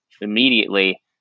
immediately